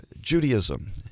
Judaism